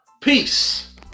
peace